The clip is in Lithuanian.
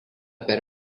per